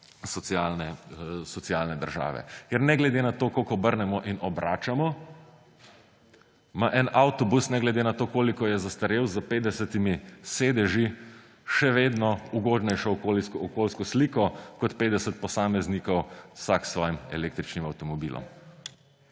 socialne države. Ker ne glede na to, kako obrnemo in obračamo, ima en avtobus – ne glede na to, koliko je zastarel – s 50 sedeži še vedno ugodnejšo okoljsko sliko kot 50 posameznikov, vsak s svojim električnim avtomobilom.